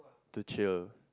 to cheer